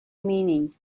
meaning